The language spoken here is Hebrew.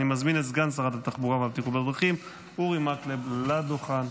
אני מזמין את סגן שרת התחבורה והבטיחות בדרכים אורי מקלב לדוכן.